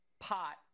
pot